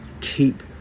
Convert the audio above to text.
keep